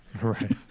Right